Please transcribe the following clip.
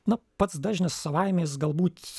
na pats dažnis savaime jis galbūt